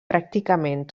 pràcticament